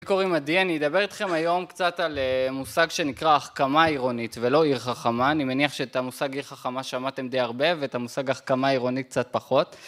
לי קוראים עדי אני אדבר איתכם היום קצת על מושג שנקרא החכמה עירונית ולא עיר חכמה אני מניח שאת המושג עיר חכמה שמעתם די הרבה ואת המושג החכמה עירונית קצת פחות